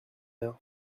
rien